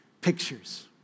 pictures